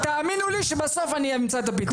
תאמינו לי שבסוף אני אמצא את הפתרון.